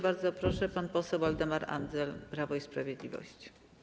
Bardzo proszę, pan poseł Waldemar Andzel, Prawo i Sprawiedliwość.